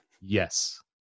Yes